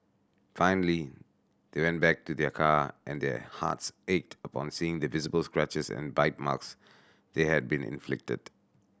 finally they went back to their car and their hearts ached upon seeing the visible scratches and bite marks they had been inflicted